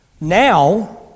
Now